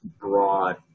broad